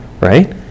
right